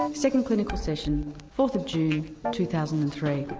ah second clinical session fourth june two thousand and three.